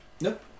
Nope